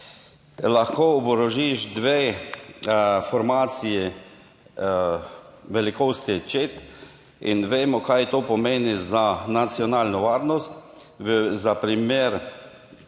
lahko oborožiš dve formaciji velikosti čet in vemo, kaj to pomeni za nacionalno varnost. Za primer,